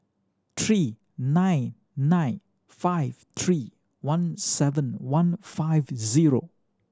three nine nine five three one seven one five zero